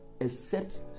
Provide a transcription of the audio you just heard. accept